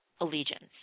allegiance